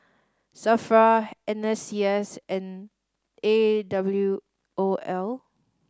SAFRA N S C S and A W O L